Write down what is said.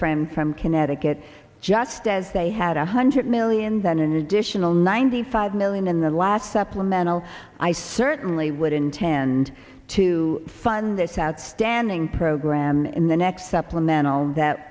friend from connecticut just as they had a hundred million then an additional ninety five million in the last supplemental i certainly would intend to fund this outstanding program in the next supplemental that